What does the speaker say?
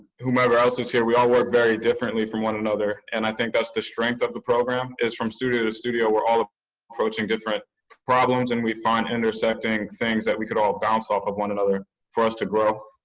whomever else is here, we all work very differently from one another. and i think that's the strength of the program is from studio to studio, we're all ah approaching different problems. and we find intersecting things that we could all bounce off of one another for us to grow.